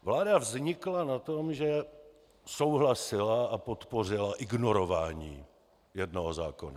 Vláda vznikla na tom, že souhlasila a podpořila ignorování jednoho zákona.